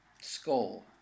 Skull